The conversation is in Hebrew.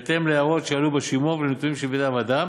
בהתאם להערות שעלו בשימוע ולנתונים שבידי הוועדה,